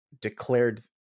declared